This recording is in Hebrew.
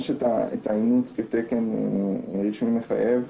יש את האימוץ כתקן רשמי מחייב,